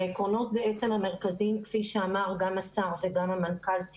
העקרונות המרכזיים, כפי שאמר גם השר וגם המנכ"ל,